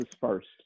first